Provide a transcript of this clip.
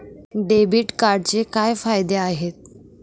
Debit कार्डचे काय फायदे आहेत?